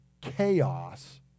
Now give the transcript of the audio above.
chaos